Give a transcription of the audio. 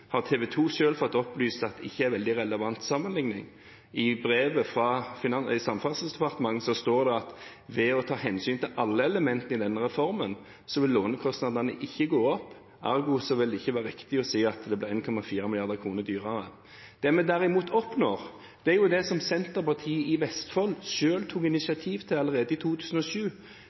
har TV 2 selv fått opplyst at ikke er en veldig relevant sammenligning. I brevet fra Samferdselsdepartementet står det at ved å ta hensyn til alle elementer i denne reformen vil lånekostnadene ikke gå opp. Ergo vil det ikke være riktig å si at det ble 1,4 mrd. kr dyrere. Det vi derimot oppnår, er det som Senterpartiet i Vestfold selv tok initiativ til allerede i 2007,